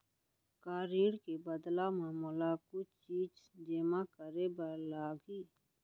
का ऋण के बदला म मोला कुछ चीज जेमा करे बर लागही?